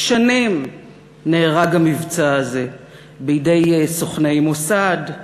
שנים נארג המבצע הזה בידי סוכני מוסד,